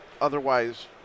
otherwise